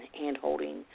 hand-holding